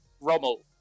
Rommel